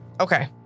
Okay